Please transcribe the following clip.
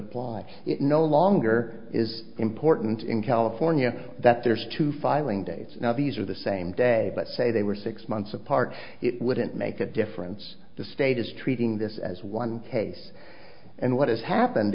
apply it no longer is important in california that there's two filing dates now these are the same day but say they were six months apart it wouldn't make a difference the state is treating this as one case and what has happened